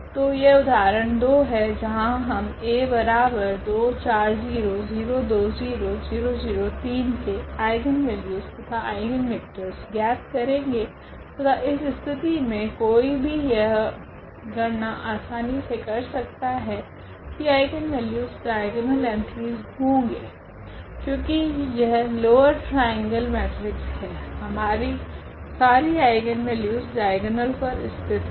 तो यह उदाहरण 2 है जहां हम के आइगनवेल्यूस तथा आइगनवेक्टरस ज्ञात करेगे तथा इस स्थिति मे कोई भी यह गणना आसानी से कर सकता है की आइगनवेल्यूस डाइगोनल एंट्रीस होगे क्योकि यह लोवर ट्रायंगल मेट्रिक्स है हमारी सारी आइगनवेल्यूस डाइगोनलस पर स्थित है